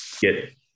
get